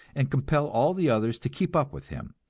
and compel all the others to keep up with him,